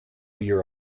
your